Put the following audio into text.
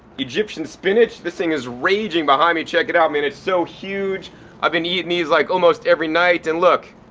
egyptian spinach, this thing is raging behind me check it out man it's so huge i've been eating these like almost every night and look